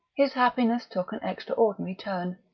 his happiness took an extraordinary turn.